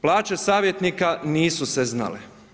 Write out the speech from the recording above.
Plaće savjetnika nisu se znala.